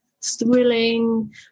thrilling